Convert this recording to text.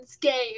game